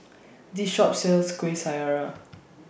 This Shop sells Kuih Syara